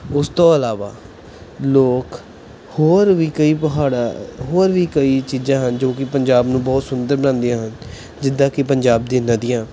ਉਸ ਤੋਂ ਇਲਾਵਾ ਲੋਕ ਹੋਰ ਵੀ ਕਈ ਪਹਾੜਾਂ ਹੋਰ ਵੀ ਕਈ ਚੀਜ਼ਾਂ ਹਨ ਜੋ ਕਿ ਪੰਜਾਬ ਨੂੰ ਬਹੁਤ ਸੁੰਦਰ ਬਣਾਉਂਦੀਆਂ ਹਨ ਜਿੱਦਾਂ ਕਿ ਪੰਜਾਬ ਦੀ ਨਦੀਆਂ